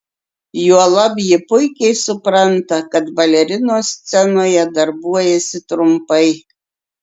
juolab ji puikiai supranta kad balerinos scenoje darbuojasi trumpai